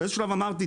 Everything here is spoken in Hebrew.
באיזשהו שלב אמרתי,